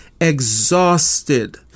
exhausted